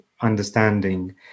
understanding